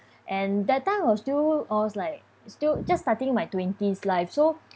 and that time was still I was like still just starting my twenties life so